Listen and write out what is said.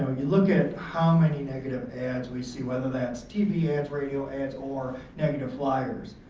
you look at how many negative ads we see whether that's tv ads, radio ads or negative flyers.